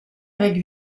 avec